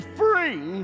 free